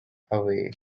away